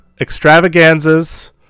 extravaganzas